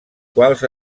quals